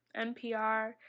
NPR